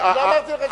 לא אמרתי לך,